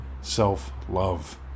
self-love